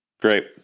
Great